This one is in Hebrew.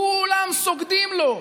כולם סוגדים לו.